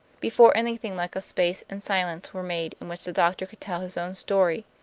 before anything like a space and silence were made in which the doctor could tell his own story.